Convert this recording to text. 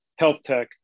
HealthTech